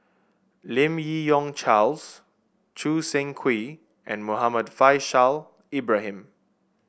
Lim Yi Yong Charles Choo Seng Quee and Muhammad Faishal Ibrahim